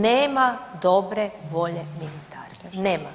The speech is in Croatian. Nema dobre volje ministarstva, nema.